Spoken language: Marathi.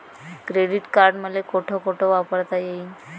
क्रेडिट कार्ड मले कोठ कोठ वापरता येईन?